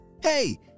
Hey